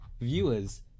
viewers